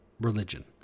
religion